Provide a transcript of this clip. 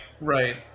right